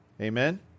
amen